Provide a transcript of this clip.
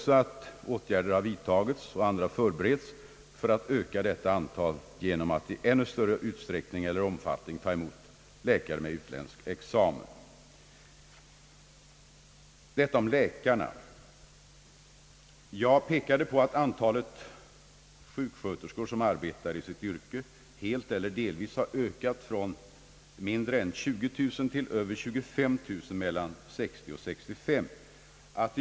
Åtgärder har vidtagits och andra förbereds för att öka detta antal genom att i ännu större omfattning ta emot läkare med utländsk examen.» Detta om läkarna. Jag pekade på att »antalet sjuksköterskor som arbetar i sitt yrke helt eller delvis har ökat från mindre än 20 000 till över 25 000 mellan 1960 och 1965.